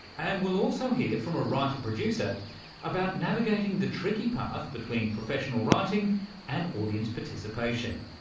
and we'll also hear from a writer producer about navigating the tricky path between professional writing and audience participation.